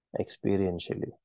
experientially